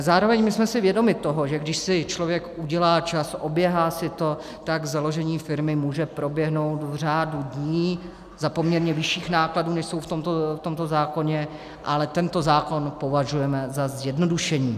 Zároveň jsme si vědomi toho, že když si člověk udělá čas, oběhá si to, tak založení firmy může proběhnout v řádu dní za poměrně vyšších nákladů, než jsou v tomto zákoně, ale tento zákon považujeme za zjednodušení.